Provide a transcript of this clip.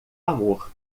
amor